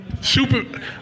super